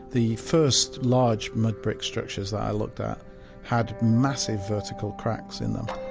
the first large mud-brick structures that i looked at had massive vertical cracks in them.